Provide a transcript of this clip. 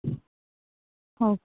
ఓ